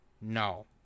No